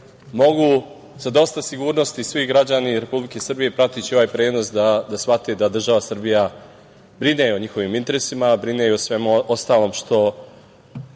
mogu sa dosta sigurnosti svi građani Republike Srbije prateći ovaj prenos da shvate da država Srbija brine o njihovim interesima, brine o svemu ostalom što